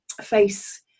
face